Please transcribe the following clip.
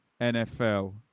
nfl